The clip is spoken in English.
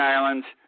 Islands